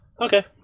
Okay